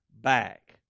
back